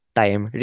time